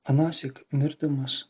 anąsyk mirdamas